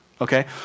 Okay